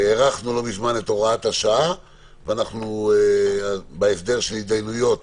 הארכנו לא מזמן את הוראת השעה ואנחנו בהסדר של התדיינויות